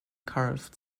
carved